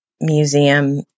museum